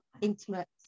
intimate